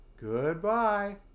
Goodbye